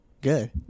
Good